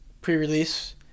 pre-release